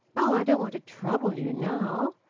oh, i don't want to trouble you now.